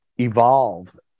evolve